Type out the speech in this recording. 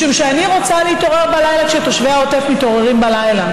משום שאני רוצה להתעורר בלילה כשתושבי העוטף מתעוררים בלילה,